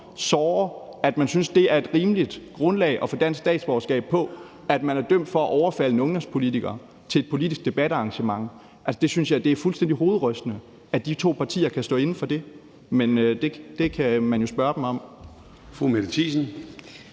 såre, at man synes, at det er et rimeligt grundlag at få dansk statsborgerskab på, altså at man er dømt for at overfalde en ungdomspolitiker til et politisk debatarrangement. Det er fuldstændig hovedrystende, at de to partier kan stå inde for det. Men det kan man jo spørge dem om.